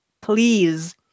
please